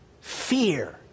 Fear